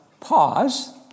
pause